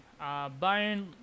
Bayern